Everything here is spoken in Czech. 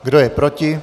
Kdo je proti?